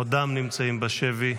עודם נמצאים בשבי,